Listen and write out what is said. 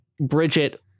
Bridget